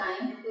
time